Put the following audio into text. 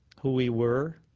who we were.